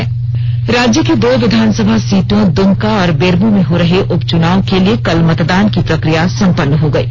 से से राज्य की दो विधानसभा सीटों दुमका और बेरमो में हो रहे उपचुनाव के लिए कल मतदान की प्रकिया संपन्न हो गयी